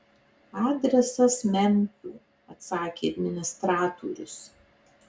adresas memfio atsakė administratorius